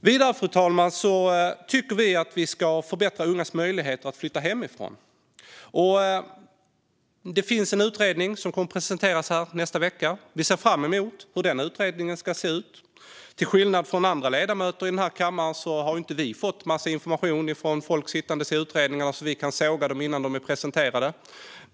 Vidare, fru talman, tycker vi att man ska förbättra ungas möjligheter att flytta hemifrån. Det finns en utredning som kommer att presenteras nästa vecka, vilket vi ser fram emot. Till skillnad från andra ledamöter i den här kammaren har vi inte fått en massa information från folk sittande i utredningar, så att vi kan såga dem innan de är presenterade.